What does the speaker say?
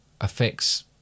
affects